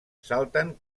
salten